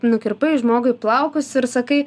nukirpai žmogui plaukus ir sakai